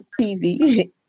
tv